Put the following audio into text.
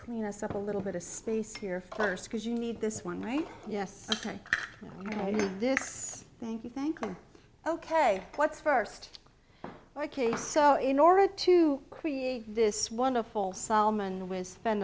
clean us up a little bit of space here first because you need this one right yes ok this thank you thank you ok what's first ok so in order to create this wonderful solomon with spend